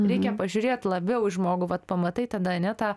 reikia pažiūrėt labiau į žmogų vat pamatai tada ane tą